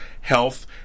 health